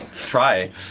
Try